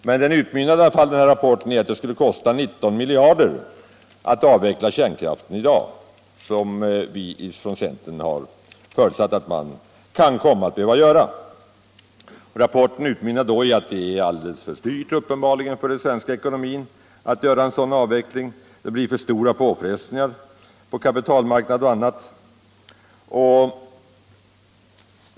Rapporten utmynnade i alla fall i att det skulle kosta 19 miljarder kronor att avveckla kärnkraften i dag, vilket vi i centern har förutsatt kan komma att bli nödvändigt. Rapporten framhöll att det är alldeles för dyrt för den svenska ekonomin med en sådan avveckling och att det blir för stora påfrestningar på kapitalmarknaden och annat.